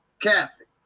Catholic